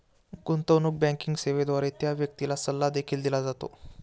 गुंतवणूक बँकिंग सेवेद्वारे त्या व्यक्तीला सल्ला देखील दिला जातो